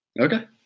Okay